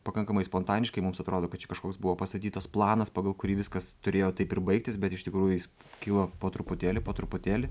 pakankamai spontaniškai mums atrodo kad čia kažkoks buvo pastatytas planas pagal kurį viskas turėjo taip ir baigtis bet iš tikrųjų jis kilo po truputėlį po truputėlį